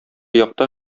якта